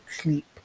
sleep